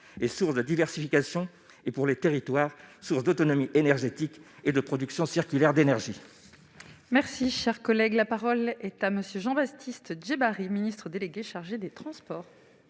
et source la diversification et pour les territoires, source d'autonomie énergétique et de production qui air d'énergie. Merci, cher collègue, la parole est à monsieur Jean-Baptiste Djebbari, ministre délégué chargé des Transports.